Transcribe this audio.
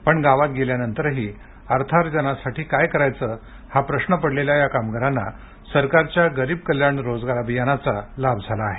पण गावात गेल्यानंतरही अर्थार्जनासाठी काय करायचं हा प्रश्न पडलेल्या या कामगारांना सरकारच्या गरीब कल्याण रोजगार अभियानाचा लाभ झाला आहे